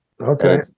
okay